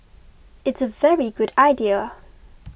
it's a very good idea